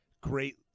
great